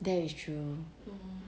that is true